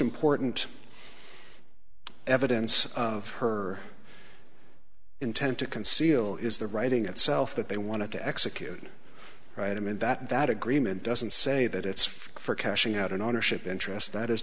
important evidence of her intent to conceal is the writing itself that they want to execute right i mean that that agreement doesn't say that it's for cashing out an ownership interest that is